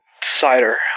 cider